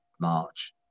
march